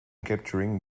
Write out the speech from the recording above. capturing